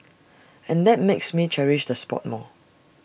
and that makes me cherish the spot more